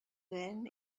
then